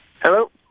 Hello